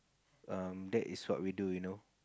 um that is what we do you know